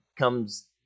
comes